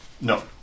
No